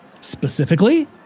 specifically